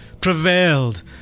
prevailed